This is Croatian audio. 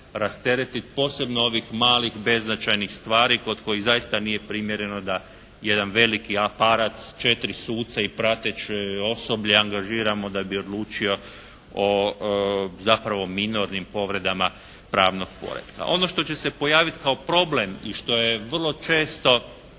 rasteretit. Posebno ovih malih, beznačajnih stvari kod kojih stvarno nije primjereno da jedan veliki aparat s četiri suca i pratećeg osoblja angažiramo da bi odlučio o zapravo minornim povredama pravnog poretka. Ono što će se pojaviti kao problem i što je vrlo često